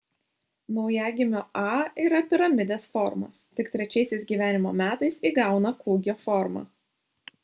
naujagimio a yra piramidės formos tik trečiaisiais gyvenimo metais įgauna kūgio formą